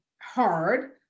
hard